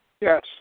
Yes